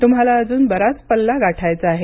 तुम्हाला अजून बराच पल्ला गाठायचा आहे